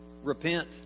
Repent